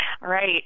Right